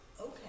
Okay